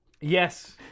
yes